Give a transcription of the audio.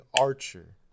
Archer